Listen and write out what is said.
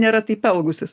nėra taip elgusis